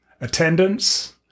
attendance